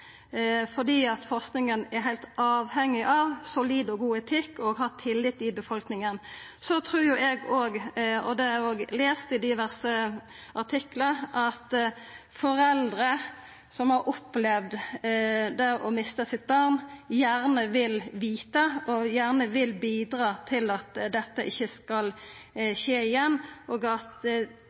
fordi forskinga er heilt avhengig av solid og god etikk og av å ha tillit i befolkninga. Eg trur – det har eg òg lese i diverse artiklar – at foreldre som har opplevd det å mista sitt barn, gjerne vil vita og gjerne vil bidra til at dette ikkje skal skje igjen, og at